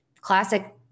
Classic